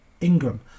Ingram